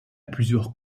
plusieurs